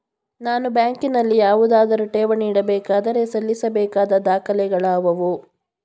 ನಾನು ಬ್ಯಾಂಕಿನಲ್ಲಿ ಯಾವುದಾದರು ಠೇವಣಿ ಇಡಬೇಕಾದರೆ ಸಲ್ಲಿಸಬೇಕಾದ ದಾಖಲೆಗಳಾವವು?